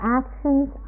actions